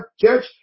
church